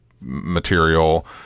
material